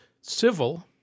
civil